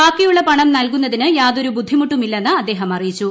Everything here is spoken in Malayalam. ബാക്കിയുള്ള പണം നൽകുന്നതിന് യാതൊരു ബുദ്ധിമുട്ടും ഇല്ലെന്ന് അദ്ദേഹം അറിയിച്ചു